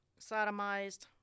sodomized